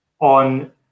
on